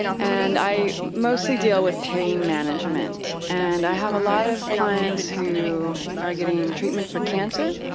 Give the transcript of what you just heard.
and i mostly deal with pain management. and i have a lot of clients who are getting treatment for cancer,